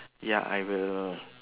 ya I will